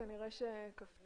אני חושב שחוק כזה,